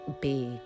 big